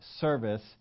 service